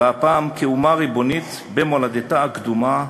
והפעם כאומה ריבונית במולדתה הקדומה,